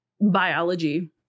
Biology